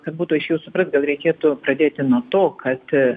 kad būtų aiškiau suprast gal reikėtų pradėti nuo to kad